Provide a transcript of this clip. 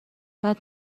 بعد